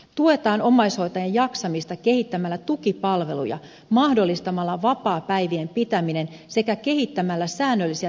tuetaan omaishoitajien jaksamista kehittämällä tukipalveluja mahdollistamalla vapaapäivien pitäminen sekä kehittämällä säännöllisiä terveystarkastuksia